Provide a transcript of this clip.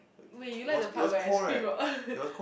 wait you like the part where I scream out